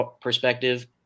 perspective